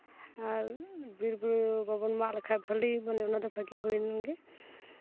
ᱟᱨ ᱵᱤᱨᱼᱵᱩᱨᱩ ᱵᱟᱵᱚᱱ ᱢᱟᱜ ᱞᱮᱠᱷᱟᱡ ᱵᱷᱟᱜᱮ ᱢᱮᱱᱫᱚ ᱚᱱᱟᱫᱚ ᱵᱷᱟᱜᱮ ᱦᱩᱭᱮᱱᱜᱮ